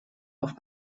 auf